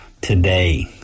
today